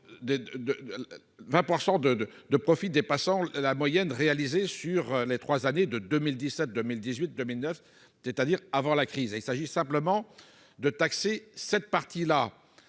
de de profits dépassant la moyenne réalisée sur les 3 années de 2017, 2018, 2009, c'est-à-dire avant la crise, il s'agit simplement de taxer cette partie-là,